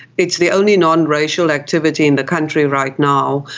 it's the only non-racial activity in the country right now,